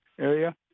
area